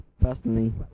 personally